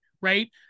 right